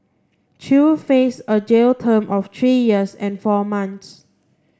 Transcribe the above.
chew faces a jail term of three years and four months